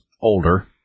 older